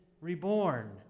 reborn